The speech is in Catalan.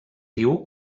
diu